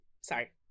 sorry